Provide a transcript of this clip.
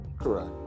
Correct